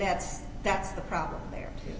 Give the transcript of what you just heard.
that's that's the problem there